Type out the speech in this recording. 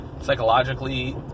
psychologically